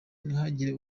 ntihagire